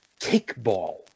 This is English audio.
kickball